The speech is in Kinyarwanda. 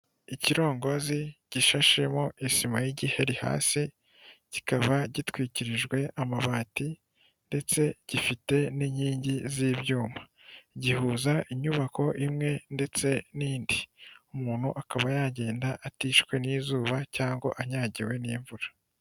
Ikirongozi gishashemo isima y'igiheri hasi, kikaba gitwikirijwe amabati ndetse gifite n'inkingi z'ibyuma. Gihuza inyubako imwe ndetse n'indi. Umuntu akaba yagenda atishwe n'izuba cyangwa anyagiwe n'imvura.